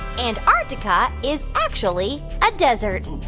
and antarctica is actually a desert?